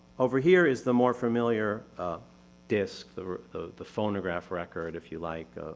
over here is the more familiar disc, the the the phonograph record, if you like,